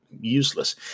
useless